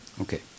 Okay